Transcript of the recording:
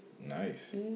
Nice